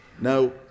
now